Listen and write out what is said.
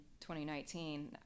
2019